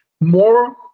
More